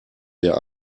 der